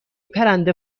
پرنده